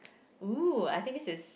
!woo! I think this is